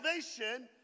salvation